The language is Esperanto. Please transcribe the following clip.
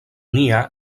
nia